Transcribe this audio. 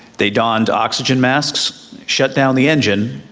they donned oxygen masks, shut down the engine,